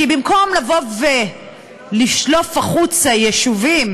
כי במקום לבוא ולשלוף החוצה יישובים